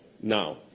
now